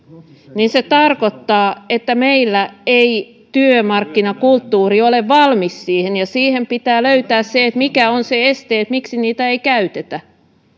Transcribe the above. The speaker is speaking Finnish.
niin se tarkoittaa että meillä ei työmarkkinakulttuuri ole valmis siihen ja siihen pitää löytää se mikä on se este miksi niitä ei käytetä